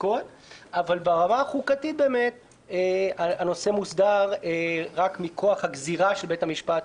ברמה החוקתית הנושא מוסדר רק מכוח הגזירה של בית המשפט